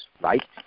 right